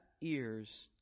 ears